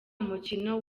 mukino